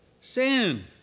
sin